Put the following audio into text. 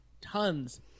Tons